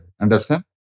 Understand